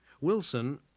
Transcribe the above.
Wilson